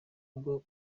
bwo